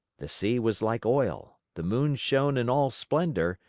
the sea was like oil, the moon shone in all splendor,